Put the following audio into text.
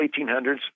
1800s